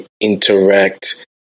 interact